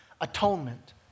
atonement